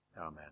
Amen